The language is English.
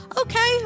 Okay